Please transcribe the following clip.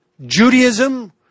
judaism